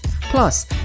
Plus